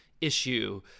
issue